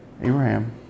Abraham